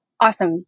Awesome